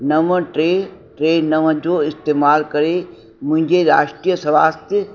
नव टे टे नव जो इस्तेमाल करे मुंहिंजे राष्ट्रीय स्वास्थ्य